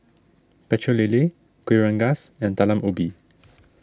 Pecel Lele Kueh Rengas and Talam Ubi